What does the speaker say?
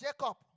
Jacob